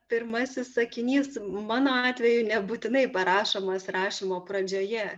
pirmasis sakinys mano atveju nebūtinai parašomas rašymo pradžioje